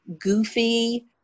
goofy